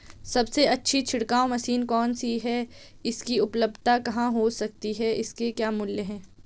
सबसे अच्छी छिड़काव मशीन कौन सी है इसकी उपलधता कहाँ हो सकती है इसके क्या मूल्य हैं?